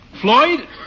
Floyd